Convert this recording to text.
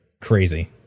Crazy